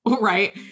right